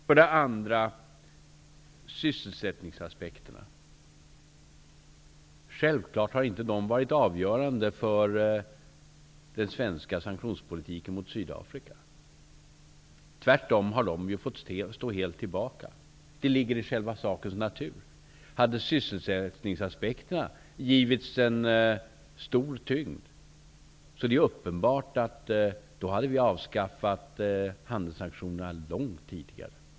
För det andra har det talats om sysselsättningsaspekterna. De har självfallet inte varit avgörande för den svenska sanktionspolitiken mot Sydafrika. De har tvärtom fått stå helt tillbaka. Det ligger i själva sakens natur. Hade sysselsättningsaspekterna givits en stor tyngd är det uppenbart att vi skulle ha avskaffat handelssanktionerna långt tidigare.